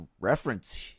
reference